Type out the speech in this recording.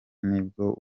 nibwo